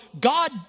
God